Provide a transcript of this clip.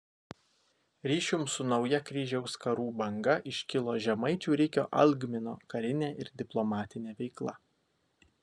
ryšium su nauja kryžiaus karų banga iškilo žemaičių rikio algmino karinė ir diplomatinė veikla